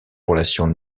relations